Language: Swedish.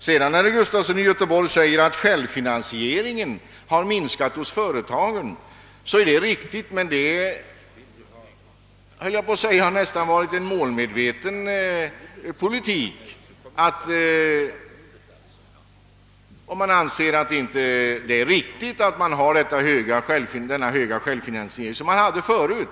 När herr Gustafson sedan säger att självfinansieringen minskat hos företagen, så är det riktigt, men det har — höll jag på att säga — nästan varit en målmedveten politik. Om man anser att det inte är riktigt att man har den höga självfinansiering som man hade förut,